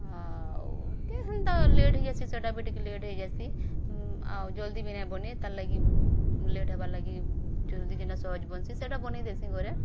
ଟିକେ ହେନ୍ତା ଲେଟ୍ ହୋଇଯାଇସି ସେଟା ବି ଟିକେ ଲେଟ୍ ହୋଇଯାଇସି ଆଉ ଜଲ୍ଦି ବି ନାଇଁ ବନେ ତା ଲାଗି ଲେଟ୍ ହେବା ଲାଗି ଜଲ୍ଦି ଯେନ୍ତା ସହଜ ବନ୍ସି ସେଟା ବନେଇ ଦେସି ଘରେ